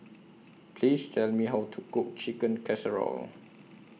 Please Tell Me How to Cook Chicken Casserole